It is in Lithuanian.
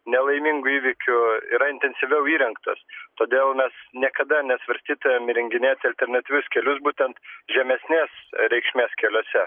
nelaimingų įvykių yra intensyviau įrengtos todėl mes niekada nesvarstytume įrenginėt alternatyvius kelius būtent žemesnės reikšmės keliuose